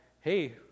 hey